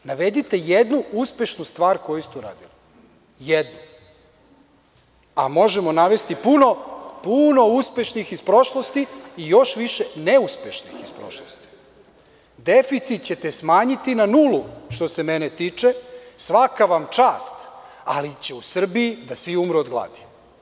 Navedite jednu uspešnu stvar koju ste uradili, jednu, a možemo navesti puno uspešnih iz prošlosti i još više neuspešnih iz prošlosti. (Zoran Babić, s mesta: Koliki je deficit?) Deficit ćete smanjiti na nulu, što se mene tiče, svaka vam čast, ali će u Srbiji da svi umru od gladi.